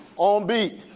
on beat.